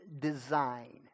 design